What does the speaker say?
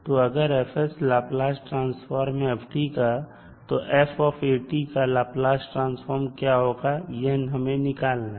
तो अगर F Laplace transform है f का तो f का लाप्लास क्या होगा यह हमें निकालना है